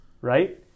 right